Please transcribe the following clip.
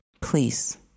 please